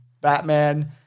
Batman